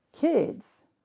kids